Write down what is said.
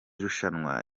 rushanwa